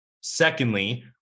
secondly